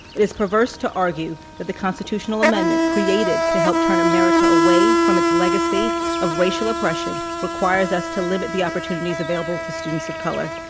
it is perverse to argue that the constitutional amendment created to help turn america away from its legacy of racial oppression requires us to limit the opportunities available to students of color.